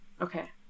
Okay